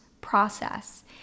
process